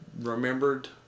remembered